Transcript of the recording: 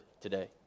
today